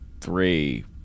three